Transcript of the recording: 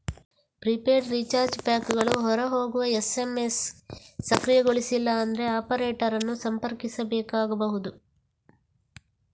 prepaid recharge ಪ್ಯಾಕುಗಳು ಹೊರ ಹೋಗುವ ಎಸ್.ಎಮ್.ಎಸ್ ಸಕ್ರಿಯಗೊಳಿಸಿಲ್ಲ ಅಂದ್ರೆ ಆಪರೇಟರ್ ಅನ್ನು ಸಂಪರ್ಕಿಸಬೇಕಾಗಬಹುದು